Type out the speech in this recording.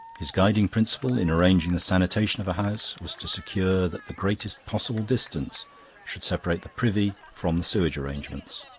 his guiding principle in arranging the sanitation of a house was to secure that the greatest possible distance should separate the privy from the sewage arrangements.